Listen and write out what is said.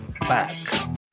back